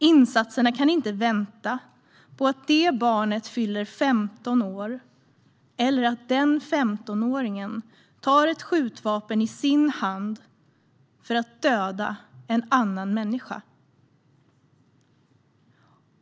Insatserna kan inte vänta på att det barnet fyller 15 år eller att den 15åringen tar ett skjutvapen i sin hand för att döda en annan människa.